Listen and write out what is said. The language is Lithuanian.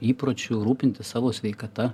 įpročių rūpintis savo sveikata